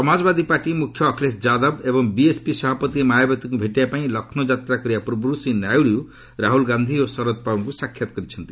Samajwadi party ମୁଖ୍ୟ ଅଖିଳେଶ ଯାଦବ ଏବଂ BSP ସଭାପତି ମାୟାବତୀଙ୍କୁ ଭେଟିବାପାଇଁ ଲକ୍ଷ୍ମୌ ଯାତ୍ରା କରିବା ପୂର୍ବରୁ ଶ୍ରୀ ନାଇଡୁ ରାହୁଲ୍ ଗାନ୍ଧି ଓ ଶରଦ୍ ପାୱାର୍ଙ୍କୁ ସାକ୍ଷାତ୍ କରିଛନ୍ତି